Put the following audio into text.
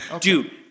Dude